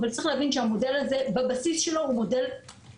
אבל צריך להבין שהמודל הזה בבסיסו הוא מודל כושל